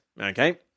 okay